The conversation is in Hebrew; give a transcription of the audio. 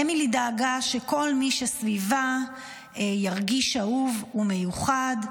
אמילי דאגה שכל מי שסביבה ירגיש אהוב ומיוחד,